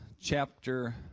chapter